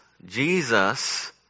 Jesus